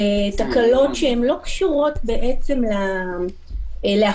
תקלות שלא קשורות להפרה,